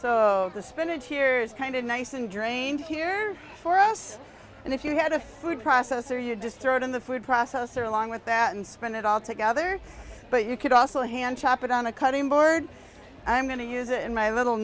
so to spin it here's kind of nice and drink here for us and if you had a food processor you'd just throw it in the food processor along with that and spend it all together but you could also hand chop it on a cutting board i'm going to use it in my little